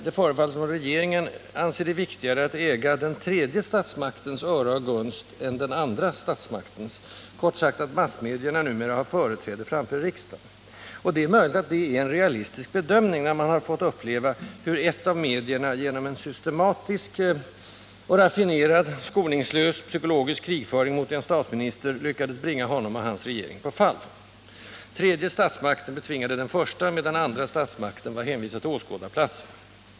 Det förefaller dock som om regeringen anser det viktigare att äga den tredje statsmaktens öra och gunst än den andra statsmaktens — riksdagens; kort sagt att massmedierna numera har företräde framför riksdagen. Det är möjligt att det är en realistisk bedömning, när man har fått uppleva hur ett av medierna genom en systematisk och raffinerad, skoningslös psykologisk krigföring mot en statsminister lyckades bringa honom och hans regering på fall. Tredje statsmakten betvingade den första, medan andra statsmakten var hänvisad till åskådarplatsen.